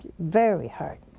very hard.